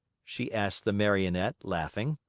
she asked the marionette, laughing.